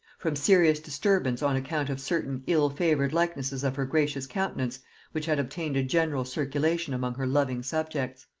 from serious disturbance on account of certain ill-favored likenesses of her gracious countenance which had obtained a general circulation among her loving subjects.